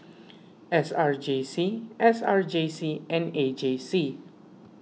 S R J C S R J C and A J C